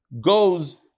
goes